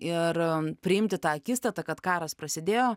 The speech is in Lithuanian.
ir priimti tą akistatą kad karas prasidėjo